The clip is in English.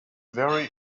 very